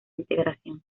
integración